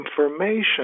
information